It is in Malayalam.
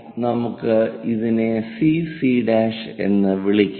അതിനാൽ നമുക്ക് ഇതിനെ സിസി' CC' എന്ന് വിളിക്കാം